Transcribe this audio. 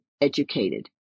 educated